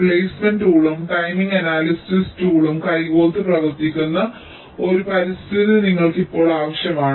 placement ടൂളും timing analysis ടൂളും കൈകോർത്ത് പ്രവർത്തിക്കുന്ന ഒരു പരിതസ്ഥിതി നിങ്ങൾക്ക് ഇപ്പോൾ ആവശ്യമാണ്